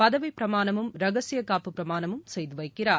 பதவி பிரமாணமும் ரகசியகாப்பு பிரமாணமும் செய்து வைக்கிறார்